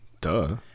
Duh